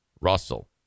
Russell